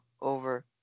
over